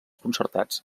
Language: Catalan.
concertats